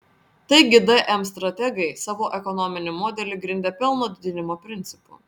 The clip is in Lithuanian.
taigi dm strategai savo ekonominį modelį grindė pelno didinimo principu